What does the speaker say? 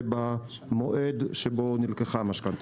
ובמועד שבו נלקחה המשכנתה.